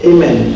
Amen